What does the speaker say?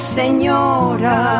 señora